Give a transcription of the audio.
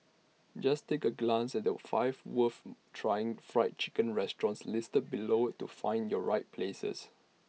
just take A glance at the five worth trying Fried Chicken restaurants listed below to find your right places